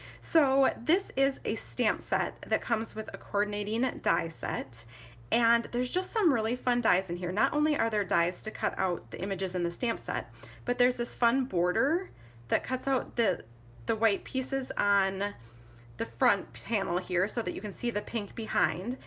so this is a stamp set that comes with a coordinating die set and there's just some really fun dies in here. not only are there dies to cut out the images in the stamp set but there's this fun border that cuts out the the white pieces on the front panel here so that you can see the pink behind.